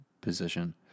position